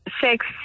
sex